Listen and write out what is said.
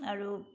আৰু